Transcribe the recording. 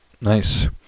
Nice